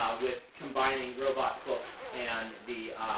with combining robots books and the